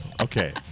Okay